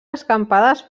escampades